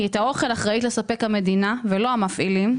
כי את האוכל אחראית לספק המדינה ולא המפעילים,